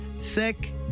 sick